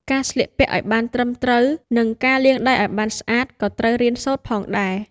ការស្លៀកពាក់ឱ្យបានត្រឹមត្រូវ និងការលាងដៃឱ្យបានស្អាតក៏ត្រូវរៀនសូត្រផងដែរ។